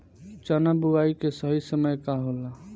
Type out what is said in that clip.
चना बुआई के सही समय का होला?